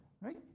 right